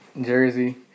Jersey